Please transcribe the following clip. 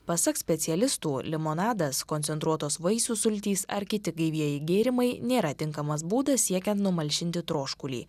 pasak specialistų limonadas koncentruotos vaisių sultys ar kiti gaivieji gėrimai nėra tinkamas būdas siekiant numalšinti troškulį